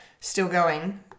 still-going